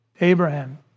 Abraham